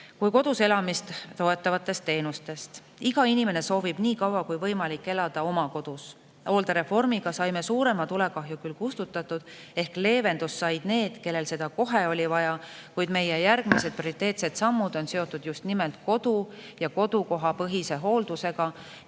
ka kodus elamist toetavatest teenustest. Iga inimene soovib nii kaua kui võimalik elada oma kodus. Hooldereformiga saime suurema tulekahju küll kustutatud ehk leevendust said need, kellel seda kohe oli vaja, kuid meie järgmised prioriteetsed sammud on seotud just nimelt kodu‑ ja kodukohapõhise hooldusega